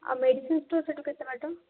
ଆଉ medicine store ସେଠୁ କେତେ ବାଟ